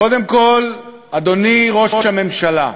קודם כול, אדוני ראש הממשלה,